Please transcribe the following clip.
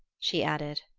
she added.